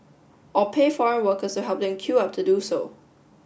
or pay foreign workers to help them queue up to do so